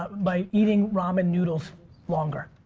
by eating ramen noodles longer.